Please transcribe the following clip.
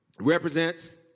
represents